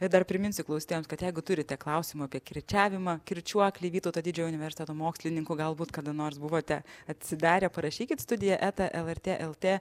ir dar priminsiu klausytojams kad jeigu turite klausimų apie kirčiavimą kirčiuoklį vytauto didžiojo universiteto mokslininkų galbūt kada nors buvote atsidarę parašykit studija eta lrt lt